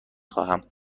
خواهم